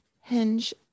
Hinge